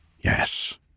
Yes